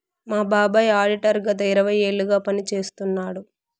మా బాబాయ్ ఆడిటర్ గత ఇరవై ఏళ్లుగా పని చేస్తున్నాడు